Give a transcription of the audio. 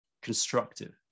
constructive